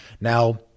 Now